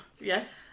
yes